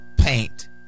paint